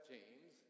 James